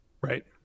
Right